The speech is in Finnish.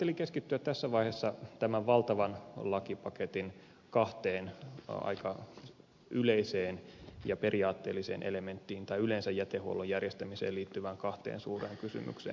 ajattelin keskittyä tässä vaiheessa tämän valtavan lakipaketin kahteen aika yleiseen ja periaatteelliseen elementtiin tai yleensä jätehuollon järjestämiseen liittyvään kahteen suureen kysymykseen